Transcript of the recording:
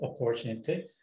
opportunity